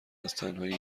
ازتنهایی